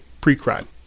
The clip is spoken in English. pre-crime